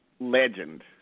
legend